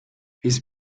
his